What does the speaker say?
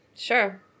Sure